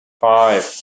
five